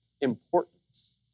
importance